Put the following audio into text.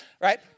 right